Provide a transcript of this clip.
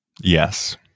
Yes